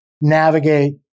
navigate